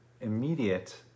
immediate